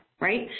right